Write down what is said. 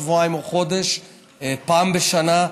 שבועיים או חודש פעם בשנה,